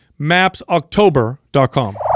MAPSOctober.com